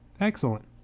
Excellent